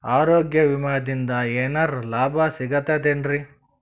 ಆರೋಗ್ಯ ವಿಮಾದಿಂದ ಏನರ್ ಲಾಭ ಸಿಗತದೇನ್ರಿ?